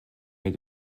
mehr